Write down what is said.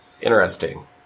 interesting